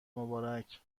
مبارک